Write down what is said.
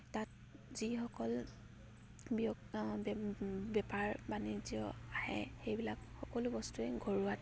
তাত যিসকল ব্য বেপাৰ বাণিজ্য আহে সেইবিলাক সকলো বস্তুৱেই ঘৰুৱা